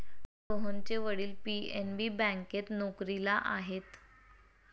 सोहनचे वडील पी.एन.बी बँकेत नोकरीला आहेत